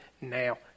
now